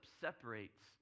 separates